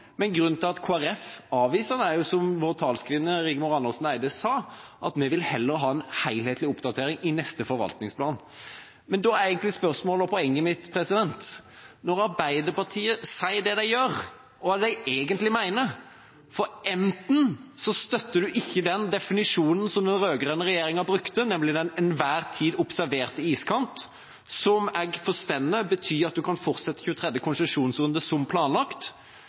men grunnen til at Kristelig Folkeparti avviser, er, som vår talskvinne Rigmor Andersen Eide sa, at vi vil heller ha en helhetlig oppdatering i neste forvaltningsplan. Men da er egentlig spørsmålet og poenget mitt: Når Arbeiderpartiet sier det de gjør, hva er det de egentlig mener? For enten støtter man ikke den definisjonen som den rød-grønne regjeringa brukte, nemlig «den til enhver tid observerte iskant», som jeg forstår betyr at en kan fortsette 23. konsesjonsrunde som planlagt,